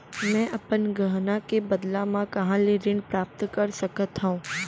मै अपन गहना के बदला मा कहाँ ले ऋण प्राप्त कर सकत हव?